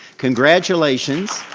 congratulations.